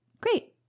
Great